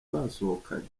basohokanye